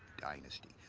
dynasty.